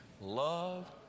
Love